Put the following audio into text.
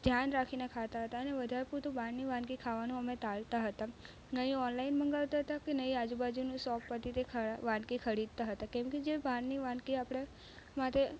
ધ્યાન રાખીને ખાતા હતા અને વધાર પૂરતું બહારની વાનગી ખાવાનું અમે ટાળતા હતા નહીં ઓનલાઈન મંગાવતા હતા કે નહીં આજુ બાજુની સોપ પરથી તે વાનગી ખરીદતા હતા કેમ કે જે બારની વાનગી આપણે માટે